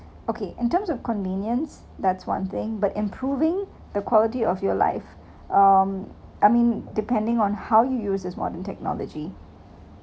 okay in terms of convenience that's one thing but improving the quality of your life um I mean depending on how you uses this modern technology